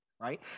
Right